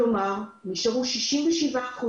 כלומר, נשארו 67%